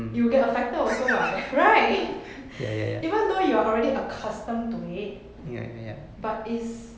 you get affected also [what] right even though you are already accustomed to it but is